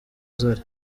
zari